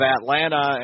Atlanta